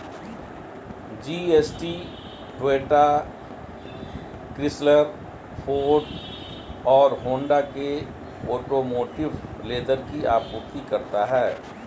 GST Toyota, Chrysler, Ford और Honda के automotive leather की आपूर्ति करता है